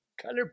color